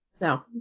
No